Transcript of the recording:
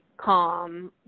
calm